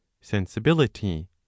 sensibility